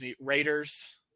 Raiders